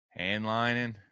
Handlining